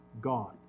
God